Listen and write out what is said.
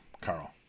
Carl